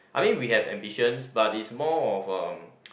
I mean we have ambitions but is more of uh